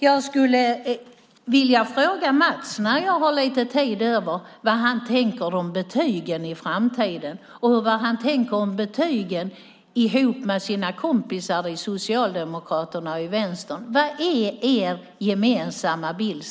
Jag skulle vilja fråga Mats, nu när jag har lite tid över, vad han tänker om betygen i framtiden och vad hans kompisar i Socialdemokraterna och Vänstern tänker om betygen. Vad är er gemensamma bild?